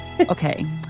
Okay